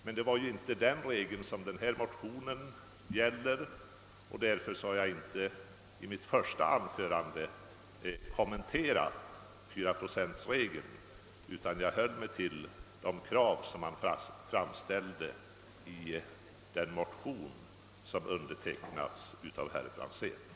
Men det är ju inte den regeln motionen gäller, och därför kommenterade jag inte den i mitt första anförande, utan jag höll mig till de krav som framställts i den motion som undertecknats av herr Franzén m.fl.